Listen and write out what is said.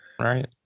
Right